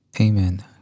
Amen